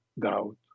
doubt